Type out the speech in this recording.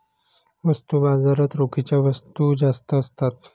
वस्तू बाजारात रोखीच्या वस्तू जास्त असतात